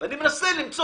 אני מנסה למצוא